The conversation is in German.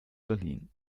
berlin